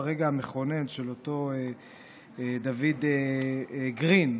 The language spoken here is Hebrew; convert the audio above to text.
הרגע המכונן של אותו דוד גרין,